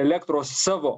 elektros savo